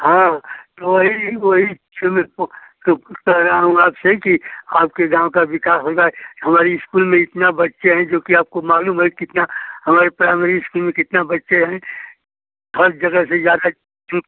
हाँ तो वही वही तो कह रहा हूँ आपसे कि आपके गाँव का विकास हो जाए हमारी इस्कूल में इतना बच्चे हैं जो कि आपको मालूम है कितना हमारे प्राइमरी स्कूल के कितने बच्चे हैं हर जगह से ज़्यादा चुते